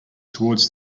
toward